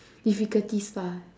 difficulties lah